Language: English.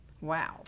Wow